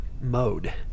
mode